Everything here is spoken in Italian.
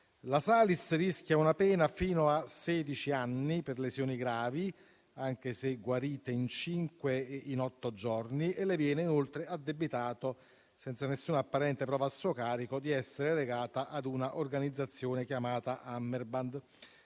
La Salis rischia una pena fino a sedici anni per lesioni gravi (anche se guarite in cinque e in otto giorni). Inoltre, le viene addebitato, senza alcuna apparente prova a suo carico, di essere legata a una organizzazione chiamata Hammerbande.